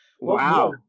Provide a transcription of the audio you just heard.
Wow